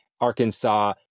Arkansas